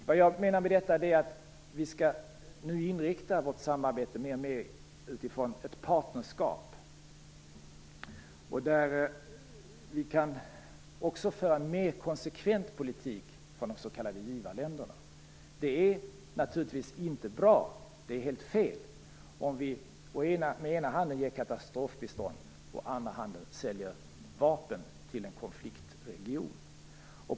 Med detta menar jag att vi nu skall inrikta oss på att låta vårt samarbete mer utgå från ett partnerskap, där vi kan föra en mer konsekvent politik från de s.k. Det är naturligtvis inte bra - det är helt fel - om vi ger katastrofbistånd med ena handen och säljer vapen till en konfliktregion med den andra handen.